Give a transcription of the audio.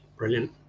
brilliant